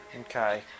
Okay